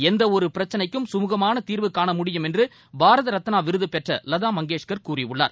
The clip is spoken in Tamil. எந்த ஒரு பிரச்சினைக்கும் சுமூகமாக தீர்வுகாண முடியும் என்று பாரத ரத்னா விருது பெற்ற லதா மங்கேஷ்வர் கூறியுள்ளார்